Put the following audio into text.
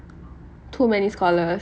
too many scholars